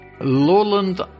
Lowland